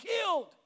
killed